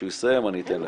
כשהוא יסיים אני אתן לך.